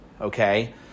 okay